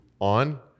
on